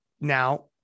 Now